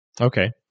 Okay